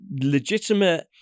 legitimate